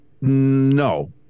no